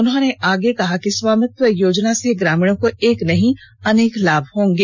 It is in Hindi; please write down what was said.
उन्होंने आगे कहा कि स्वामित्व योजना से ग्रामीणों को एक नहीं अनेक लाभ होंगे